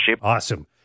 Awesome